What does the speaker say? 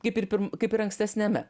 kaip ir kaip ir ankstesniame